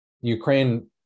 Ukraine